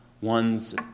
ones